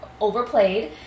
overplayed